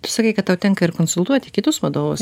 tu sakei kad tau tenka ir konsultuoti kitus vadovus